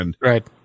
Right